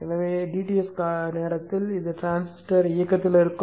எனவே dTs காலத்தில் இந்த டிரான்சிஸ்டர் இயக்கத்தில் இருக்கும்